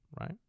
right